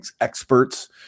experts